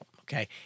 Okay